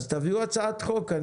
אז תביאו הצעת חוק.